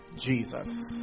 Jesus